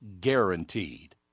guaranteed